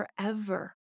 forever